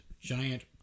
giant